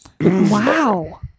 Wow